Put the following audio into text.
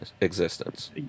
existence